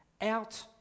out